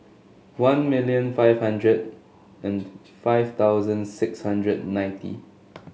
one million five hundred and five thousand six hundred and ninety